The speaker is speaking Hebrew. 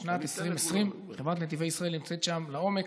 בשנת 2020. חברת נתיבי ישראל נמצאת שם לעומק.